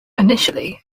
initially